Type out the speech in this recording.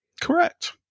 Correct